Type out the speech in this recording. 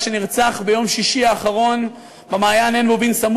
שנרצח ביום שישי האחרון במעיין עין-בובין,